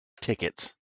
tickets